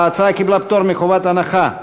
ההצעה קיבלה פטור מחובת הנחה.